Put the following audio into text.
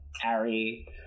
Harry